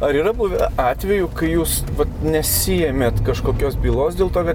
ar yra buvę atvejų kai jūs nesiėmėt kažkokios bylos dėl to kad